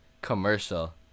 Commercial